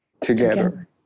together